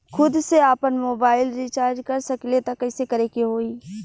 खुद से आपनमोबाइल रीचार्ज कर सकिले त कइसे करे के होई?